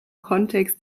kontext